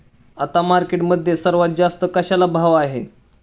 आता मार्केटमध्ये सर्वात जास्त कशाला भाव आहे?